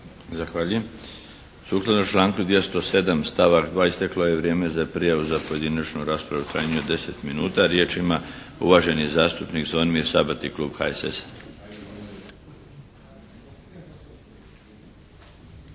Zahvaljujem. Sukladno članku 207. stavak 2. isteklo je vrijeme za prijavu za pojedinačnu raspravu u trajanju od deset minuta. Riječ ima uvaženi zastupnik Zvonimir Sabati klub HSS-a.